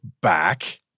back